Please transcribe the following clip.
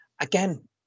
Again